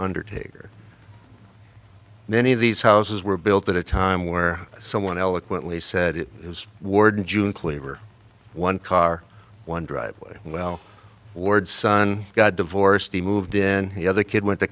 undertaker many of these houses were built at a time where someone eloquently said it was warden june cleaver one car one driver well lord son got divorced he moved in the other kid went to